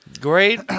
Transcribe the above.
Great